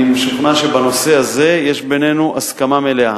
משוכנע שבנושא הזה יש בינינו הסכמה מלאה,